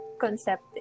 concept